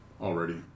already